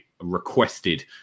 requested